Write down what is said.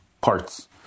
parts